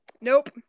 Nope